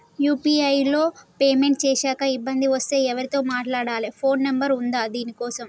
UPI లో payment చేశాక ఇబ్బంది వస్తే ఎవరితో మాట్లాడాలి? ఫోన్ నంబర్ ఉందా దీనికోసం?